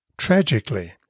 Tragically